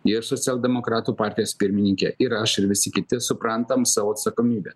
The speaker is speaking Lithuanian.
ir socialdemokratų partijos pirmininkė ir aš ir visi kiti suprantam savo atsakomybę